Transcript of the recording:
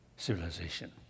Civilization